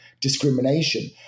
discrimination